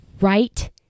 right